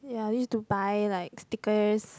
ya I used to buy like stickers